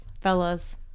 Fellas